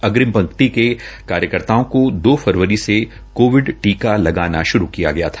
अग्रिम पंक्ति के कार्यकर्ताओं को दो फरवरी से कोविड टीका लगाना शुरू किया गया था